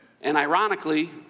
and ironically,